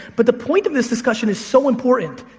but the point of this discussion is so important.